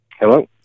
Hello